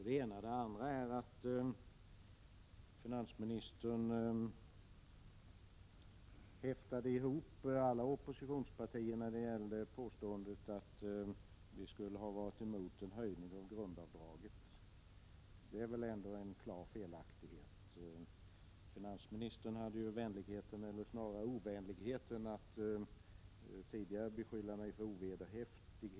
Det andra uttalandet innebar att finansministern häftade ihop alla oppositionspartier med sitt påstående att vi skulle ha varit emot en höjning av grundavdraget. Det är väl ändå en klar felaktighet. Finansministern hade ju vänligheten, eller snarare ovänligheten, att tidigare beskylla mig för att vara ovederhäftig.